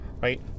right